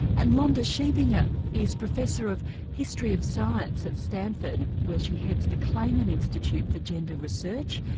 and londa shiebinger is professor of history of science at stanford where she heads the clayman institute for gender research.